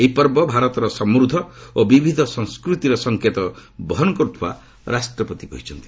ଏହି ପର୍ବ ଭାରତର ସମୃଦ୍ଧ ଓ ବିବିଧ ସଂସ୍କୃତିର ସଙ୍କେତ ବହନ କରୁଥିବା ରାଷ୍ଟ୍ରପତି କହିଛନ୍ତି